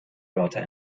wörter